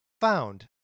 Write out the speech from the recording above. Found